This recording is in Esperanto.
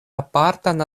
apartan